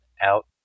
out